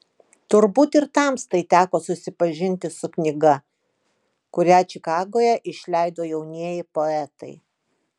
turbūt ir tamstai teko susipažinti su knyga kurią čikagoje išleido jaunieji poetai